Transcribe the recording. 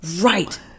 Right